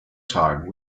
time